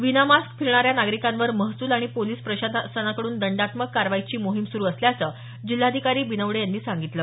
विनामास्क फिरणाऱ्या नागरिकांवर महसूल आणि पोलीस प्रशासनाकडून दंडात्मक कारवाईची मोहीम सुरू असल्याचं जिल्हाधिकारी बिनवडे यांनी सांगितलं